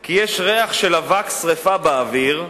כי יש ריח של אבק שרפה באוויר,